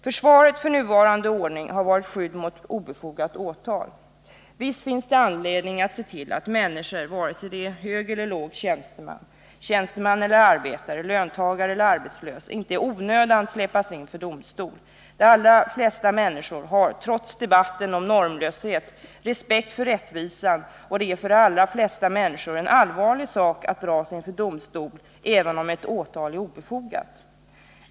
Försvaret för den nuvarande ordningen har varit skydd mot obefogat åtal. Visst finns det anledning att se till att människor — vare sig det är hög eller låg tjänsteman, tjänsteman eller arbetare, löntagare eller arbetslös — inte i onödan släpas inför domstol. De allra flesta människor har trots debatten om normlöshet respekt för rättvisan, och det är för de allra flesta människor en allvarlig sak att dras inför domstol, även om ett åtal är obefogat.